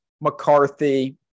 McCarthy